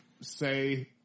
say